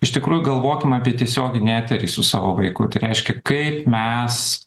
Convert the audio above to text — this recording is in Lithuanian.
iš tikrųjų galvokim apie tiesioginį eterį su savo vaiku tai reiškia kaip mes